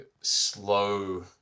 slow